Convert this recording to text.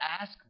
ask